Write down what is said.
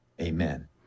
amen